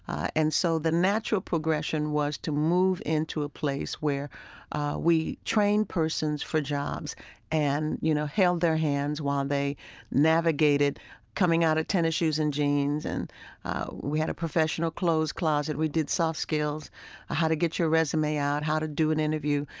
and so the natural progression was to move into a place where we train persons for jobs and, you know, held their hands while they navigated coming out of tennis shoes and jeans. and we had a professional clothes closet. we did soft skills of how to get your resume out, how to do an interview,